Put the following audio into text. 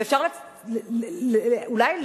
אפשר אולי,